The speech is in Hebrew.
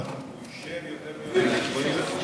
הוא אישר יותר מ-200 מיליון,